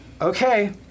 Okay